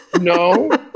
no